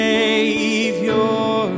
Savior